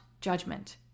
judgment